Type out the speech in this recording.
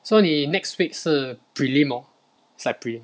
so 你 next week 是 prelim hor it's like prelim